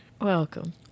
Welcome